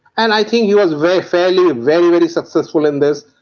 and i think he was very fairly and very, very successful in this,